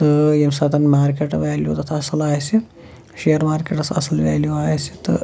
تہٕ ییٚمہِ ساتہٕ مارکیٚٹ ویلیوٗ تَتھ اَصٕل آسہِ شِیر مارکیٚٹَس اَصٕل ویلیوٗ آسہِ تہٕ